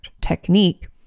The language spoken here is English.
technique